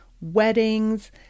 weddings